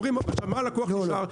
הם אומרים, עכשיו מה הלקוח נשאר?